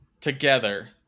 together